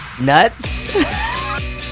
Nuts